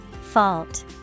Fault